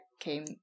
came